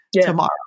tomorrow